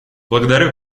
благодарю